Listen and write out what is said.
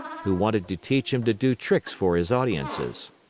who wanted to teach him to do tricks for his audiences.